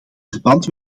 verband